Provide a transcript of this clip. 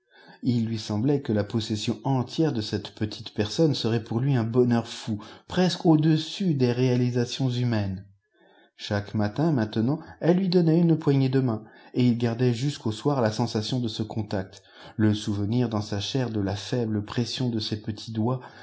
ii lui semblait que la possession entière de cette petite personne serait pour lui un bonheur fou presque au-dessus des réalisations humaines chaque matin maintenant elle lui donnait une poignée de main et il gardait jusqu'au soir la sensation de ce contact le souvenir dans sa chair de la faible pression de ces petits doigts